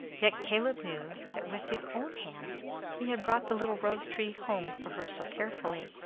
yet caleb knew that with his own hands he had brought the little rose-tree home for her so carefully,